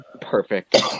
perfect